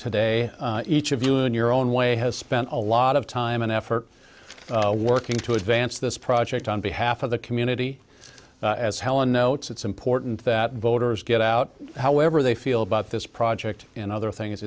today each of you in your own way has spent a lot of time and effort working to advance this project on behalf of the community as helen notes it's important that voters get out however they feel about this project and other things